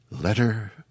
Letter